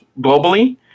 globally